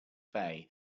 bay